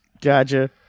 Gotcha